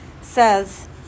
says